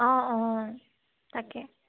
অঁ অঁ তাকে